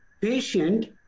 patient